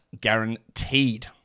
guaranteed